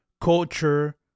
culture